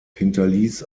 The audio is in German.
hinterließ